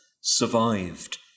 survived